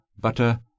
butter